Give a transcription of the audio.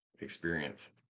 experience